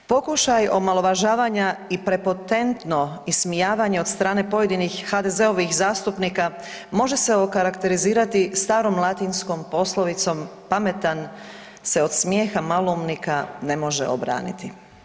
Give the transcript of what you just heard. Pokušaj omalovažavanja i prepotentno ismijavanje od strane pojedinih HDZ-ovih zastupnika može se okarakterizirati starom latinskom poslovicom „Pametan se od smijeha maloumnika ne može obraniti“